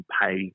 pay